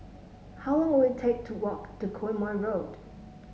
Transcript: how long will it take to walk to Quemoy Road